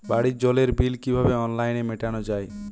বাড়ির জলের বিল কিভাবে অনলাইনে মেটানো যায়?